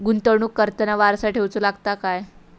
गुंतवणूक करताना वारसा ठेवचो लागता काय?